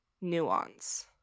nuance